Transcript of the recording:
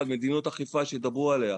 אחד מדיניות אכיפה שידברו עליה.